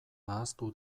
ahaztu